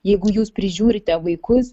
jeigu jūs prižiūrite vaikus